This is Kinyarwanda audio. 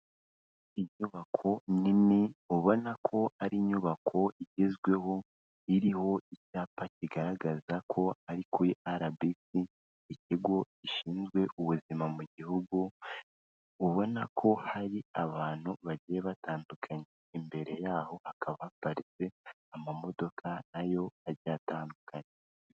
Inyubako nini ubona ko ari inyubako igezweho, iriho icyapa kigaragaza ko ari kuri RBC, Ikigo Gishinzwe Ubuzima mu gihugu, ubona ko hari abantu bagiye batandukanye, imbere yaho hakaba haparitse amamodoka na yo agiye atandukanye.